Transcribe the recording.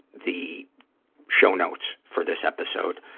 the show notes for this episode.